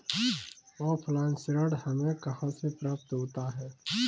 Offline ऋण हमें कहां से प्राप्त होता है?